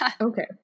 okay